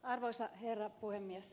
arvoisa herra puhemies